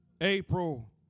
April